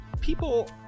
people